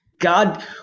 God